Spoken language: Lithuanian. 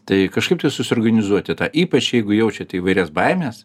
tai kažkaip tai susiorganizuoti tą ypač jeigu jaučiate įvairias baimes